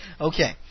Okay